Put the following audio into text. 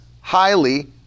highly